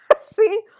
See